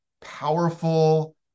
powerful